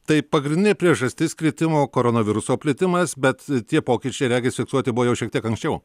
tai pagrindinė priežastis kritimo koronaviruso plitimas bet tie pokyčiai regis fiksuoti buvo jau šiek tiek anksčiau